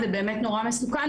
זה באמת נורא מסוכן,